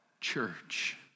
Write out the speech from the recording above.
church